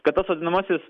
kad tas vadinamasis